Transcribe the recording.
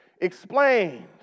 explained